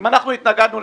אם אנחנו התנגדנו,